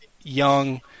young